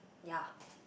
yea